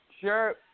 Sure